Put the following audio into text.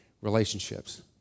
relationships